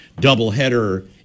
doubleheader